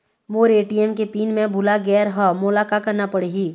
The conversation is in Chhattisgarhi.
मोर ए.टी.एम के पिन मैं भुला गैर ह, मोला का करना पढ़ही?